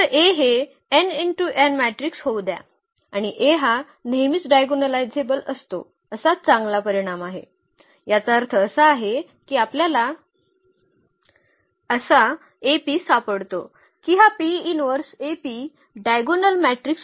तर A हे matrix होऊ द्या आणि A हा नेहमीच डायगोनलायझेबल असतो असा चांगला परिणाम आहे याचा अर्थ असा आहे की आपल्याला असा A P सापडतो की हा डायगोनल मॅट्रिक्स आहे